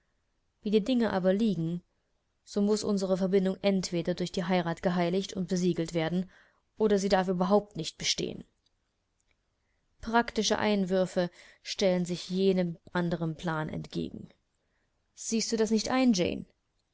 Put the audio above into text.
wie die dinge aber liegen so muß unsere verbindung entweder durch die heirat geheiligt und besiegelt werden oder sie darf überhaupt nicht bestehen praktische einwürfe stellen sich jedem andern plan entgegen siehst du das nicht ein